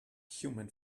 human